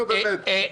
נו, באמת.